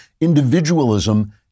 individualism